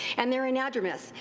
and theyire anadromous.